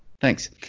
Thanks